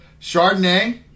Chardonnay